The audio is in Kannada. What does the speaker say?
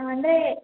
ಅಂದರೆ